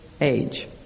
age